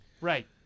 Right